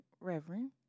reverend